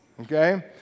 okay